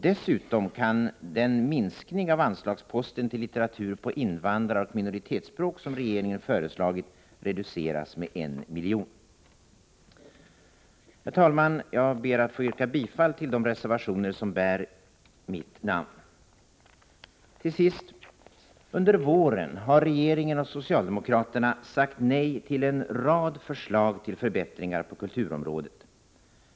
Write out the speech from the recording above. Dessutom kan en minskning av anslagsposten till inköp av litteratur på invandraroch minoritetsspråk som regeringen föreslår reduceras med 1 milj.kr. Herr talman! Jag ber att få yrka bifall till de reservationer som bär mitt namn. Till sist: Under våren har regeringen och socialdemokraterna sagt nej till en rad förslag till förbättringar på kulturområdet.